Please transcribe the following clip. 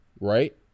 right